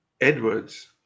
Edwards